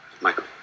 Michael